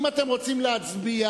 אם אתם רוצים להצביע,